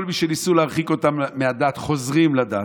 כל מי שניסו להרחיק אותם מהדת, חוזרים לדת.